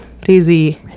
Daisy